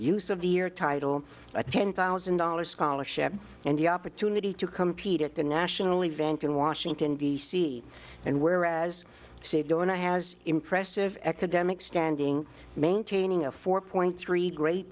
you severe title a ten thousand dollars scholarship and the opportunity to compete at the national event in washington d c and whereas say don't i has impressive economic standing maintaining a four point three gr